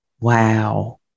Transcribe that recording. Wow